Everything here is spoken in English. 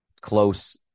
close